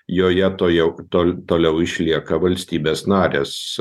joje tuojau tol toliau išlieka valstybės narės